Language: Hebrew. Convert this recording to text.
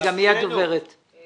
הרי